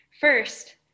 First